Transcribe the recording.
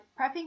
prepping